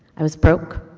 i was broke,